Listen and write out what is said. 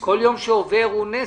כל יום שעובר הוא נזק.